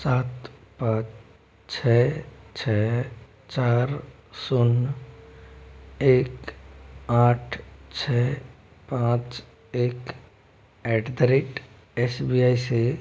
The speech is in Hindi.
सात पाँच छः छः चार शून्य एक आठ छः पाँच एक at the rate S B I से